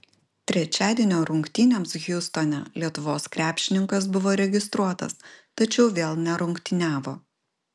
trečiadienio rungtynėms hjustone lietuvos krepšininkas buvo registruotas tačiau vėl nerungtyniavo